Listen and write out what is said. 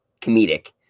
comedic